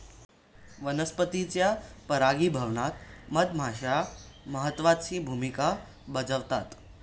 वनस्पतींच्या परागीभवनात मधमाश्या महत्त्वाची भूमिका बजावतात